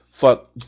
fuck